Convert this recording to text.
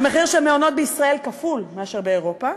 המחיר של מעונות בישראל כפול מאשר באירופה,